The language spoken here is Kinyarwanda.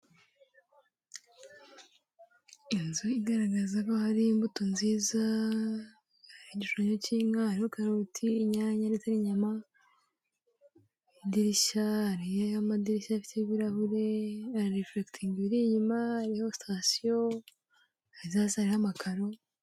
Inzu igaragaza ko hari imbuto nziza, hariho igishushanyo cy'inka, hariho karoti, inyanya, n'izindi nyama, idirishya, hariho amadirishya afite ibirahure ara reflecting ibiri inyuma, hariho sitasiyo, ndetse hasi hariho amakaro.